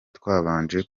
twabanje